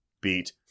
beat